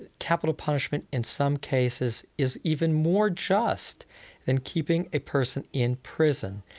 capital punishment, in some cases, is even more just than keeping a person in prison.